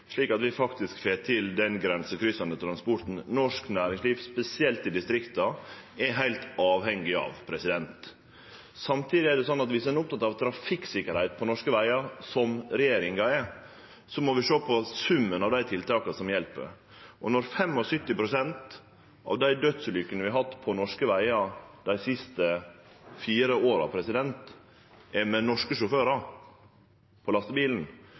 slik at vi faktisk får til den grensekryssande transporten som norsk næringsliv, spesielt i distrikta, er heilt avhengig av. Samtidig er det sånn at om ein er oppteken av trafikksikkerheita på norske vegar, som regjeringa er, må vi sjå på summen av dei tiltaka som hjelper. Når 75 pst. av dei dødsulykkene vi har hatt på norske vegar dei fire siste åra, har vore med norske sjåførar i lastebilen,